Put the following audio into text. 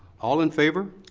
all in favor?